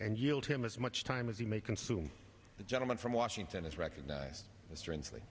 and yield him as much time as he may consume the gentleman from washington is recognized strangely